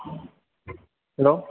hello